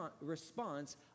response